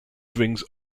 brings